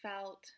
felt